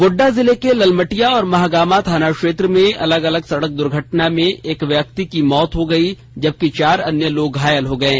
गोड़डा जिले के ललमटिया और महागामा थाना क्षेत्र में अलग अलग सड़क द्र्घटना में एक व्यक्ति की मौत हो गयी जबकि चार अन्य लोग घायल हो गये